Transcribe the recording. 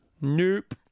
Nope